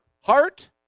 heart